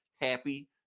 happy